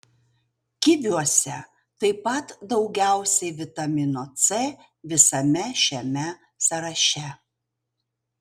kiviuose taip pat daugiausiai vitamino c visame šiame sąraše